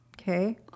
okay